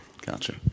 Gotcha